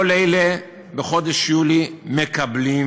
כל אלה בחודש יולי מקבלים